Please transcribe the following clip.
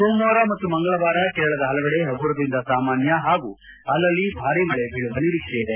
ಸೋಮವಾರ ಮತ್ತು ಮಂಗಳವಾರ ಕೇರಳದ ಹಲವೆಡೆ ಹಗುರದಿಂದ ಸಾಮಾನ್ಯ ಹಾಗೂ ಅಲ್ಲಲ್ಲಿ ಭಾರಿ ಮಳೆ ಬೀಳುವ ನಿರೀಕ್ಷೆ ಇದೆ